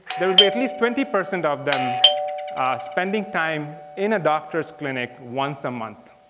there would be at least twenty percent of them spending time in a doctor's clinic once a month.